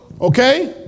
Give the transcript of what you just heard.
Okay